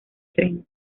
tren